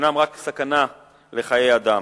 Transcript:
אינם רק סכנה לחיי אדם,